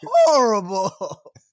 horrible